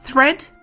thread.